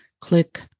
Click